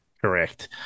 Correct